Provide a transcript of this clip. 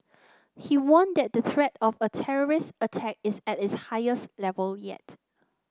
he warned that the threat of a terrorist attack is at its highest level yet